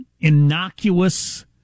innocuous